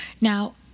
Now